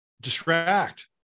distract